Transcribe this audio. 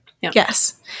Yes